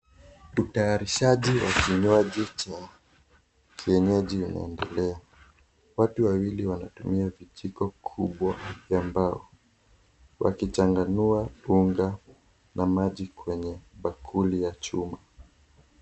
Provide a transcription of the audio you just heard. Utayarishaji wa kinywaji cha kienyeji unaendelea. Watu wawili wanatumia vijiko kubwa ya mbao, wakichanganua unga na maji kwenye bakuli ya chuma.